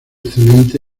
excelente